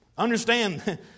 Understand